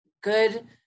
good